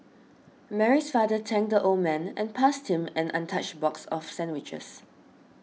Mary's father thanked the old man and passed him an untouched box of sandwiches